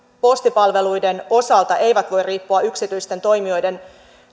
postipalveluiden osalta eivät voi riippua yksityisten toimijoiden